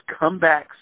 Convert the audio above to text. comebacks